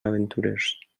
aventurers